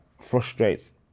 frustrates